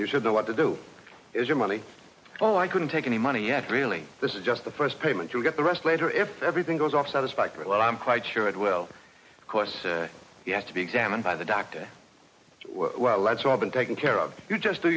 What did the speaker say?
you should know what to do is your money well i couldn't take any money yet really this is just the first payment you'll get the rest later if everything goes all satisfactory well i'm quite sure it will question you have to be examined by the doctor that's all been taken care of you just do